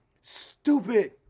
stupid